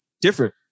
different